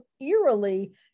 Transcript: eerily